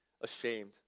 ashamed